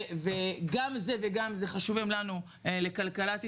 וגם זה וגם זה חשובים לנו לכלכלת ישראל.